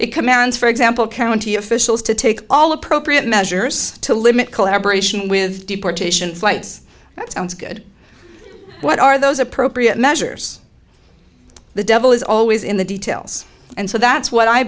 it commands for example county officials to take all appropriate measures to limit collaboration with deportations lights that sounds good what are those appropriate measures the devil is always in the details and so that's what i